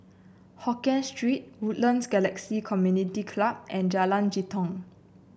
Hokien Street Woodlands Galaxy Community Club and Jalan Jitong